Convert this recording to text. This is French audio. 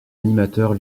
animateurs